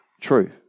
true